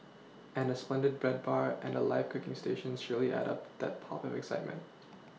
and a splendid bread bar and the live cooking stations surely add that pop of excitement